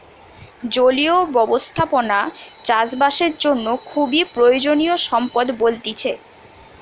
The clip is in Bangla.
জলীয় ব্যবস্থাপনা চাষ বাসের জন্য খুবই প্রয়োজনীয় সম্পদ বলতিছে